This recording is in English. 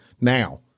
Now